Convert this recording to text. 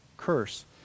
curse